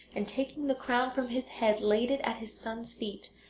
and, taking the crown from his head, laid it at his son's feet,